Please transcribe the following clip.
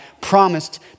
promised